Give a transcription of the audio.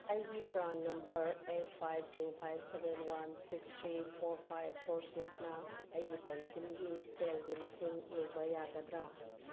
ꯑꯩꯒꯤ PRAN number eight five two five seven one six three four five four ꯁꯤꯛꯁꯅ ꯑꯩꯒꯤ ꯄꯦꯟꯁꯤꯟꯒꯤ ꯁꯦꯜꯒꯤ ꯃꯁꯤꯡ ꯌꯦꯡꯕ ꯌꯥꯒꯗ꯭ꯔꯥ